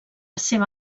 seva